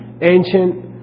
ancient